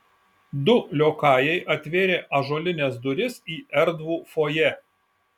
du liokajai atvėrė ąžuolines duris į erdvų fojė